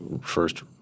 first